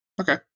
Okay